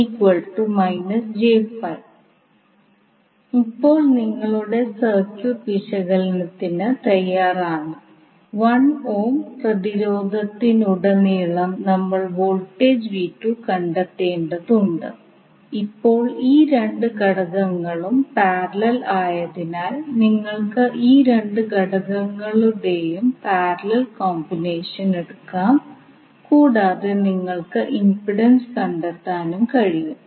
അതിനാൽ ഇപ്പോൾ V1 ഇൻറെ മൂല്യം അതുപോലെ നമുക്ക് V2 ഇൻറെ മൂല്യം കണ്ടെത്താം കറണ്ട് ഇൻറെ മൂല്യം ഈ രീതി ഉപയോഗിച്ച് നിങ്ങൾക്ക് ചോദ്യത്തിൽ ചോദിച്ച ഇൻറെ മൂല്യം എളുപ്പത്തിൽ കണ്ടെത്താൻ കഴിയും